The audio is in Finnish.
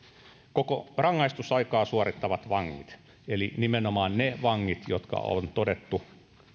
koko rangaistusaikaa suorittavat vangit eli nimenomaan ne vangit jotka on todettu